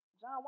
John